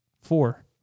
Four